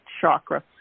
chakra